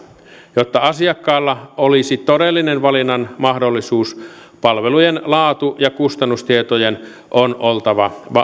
jotta asiakkaalla olisi todellinen valinnanmahdollisuus palvelujen laatu ja kustannustietojen on oltava